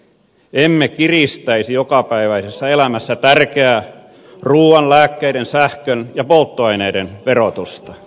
emme kiristäisi jokapäiväisessä elämässä tärkeää ruuan lääkkeiden sähkön ja polttoaineiden verotusta